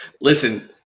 Listen